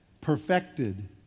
perfected